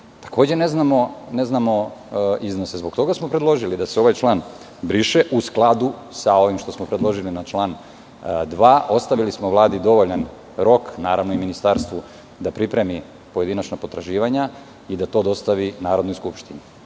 Ne znamo iznose. Zbog toga smo predložili da se ovaj član briše u skladu sa ovim što smo predloži, na član 2. Ostavili smo Vladi dovoljan rok, naravno i ministarstvu, da pripremi pojedinačna potraživanja i da to dostavi Narodnoj skupštini.